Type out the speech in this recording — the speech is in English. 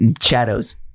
Shadows